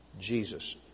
Jesus